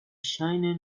scheine